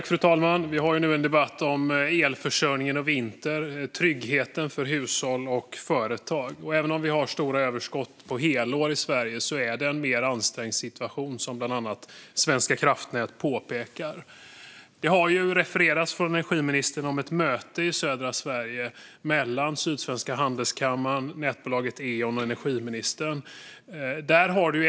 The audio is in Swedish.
Fru talman! Vi har nu en debatt om elförsörjningen i vinter. Det handlar om tryggheten för hushåll och företag. Även om vi har stora överskott på helårsbasis i Sverige är det en mer ansträngd situation, vilket bland annat Svenska kraftnät påpekar. Det har från energiministerns sida refererats till ett möte i södra Sverige mellan Sydsvenska Handelskammaren, nätbolaget Eon och energiministern.